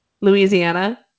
Louisiana